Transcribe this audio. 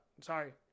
Sorry